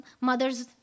mother's